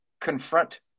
confront